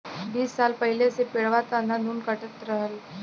बीस साल पहिले से पेड़वा त अंधाधुन कटते रहल